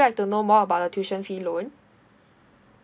you like to know more about the tuition fee loan